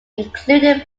including